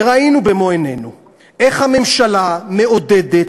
וראינו במו עינינו איך הממשלה מעודדת